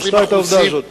שעשתה את העבודה הזאת.